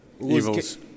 evils